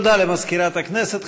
תודה למזכירת הכנסת.